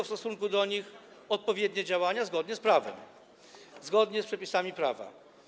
w stosunku do nich odpowiednie działania zgodnie z prawem, zgodnie z przepisami prawa.